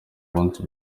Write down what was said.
munsi